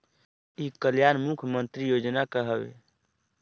ई कल्याण मुख्य्मंत्री योजना का है?